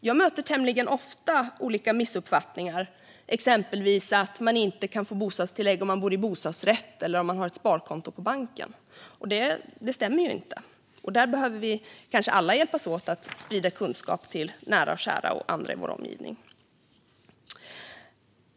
Jag möter tämligen ofta olika missuppfattningar, exempelvis att man inte kan få bostadstillägg om man bor i bostadsrätt eller om man har ett sparkonto på banken. Det stämmer ju inte, och där behöver vi kanske alla hjälpas åt med att sprida kunskap till nära och kära och andra i vår omgivning.